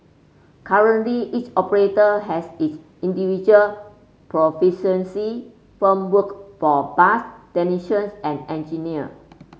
currently each operator has its individual proficiency framework for bus technicians and engineer